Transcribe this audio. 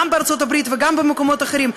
גם בארצות-הברית וגם במקומות אחרים,